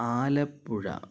Alappuzha